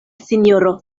sinjoro